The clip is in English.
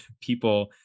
people